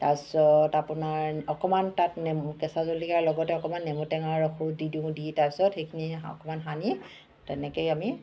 তাৰপিছত আপোনাৰ অকণমান তাত নে কেঁচা জলকীয়াৰ লগতে অকণমান নেমু টেঙাৰ ৰসো দি দিওঁ দি তাৰপিছত সেইখিনি অকণমান সানি তেনেকেই আমি